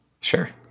sure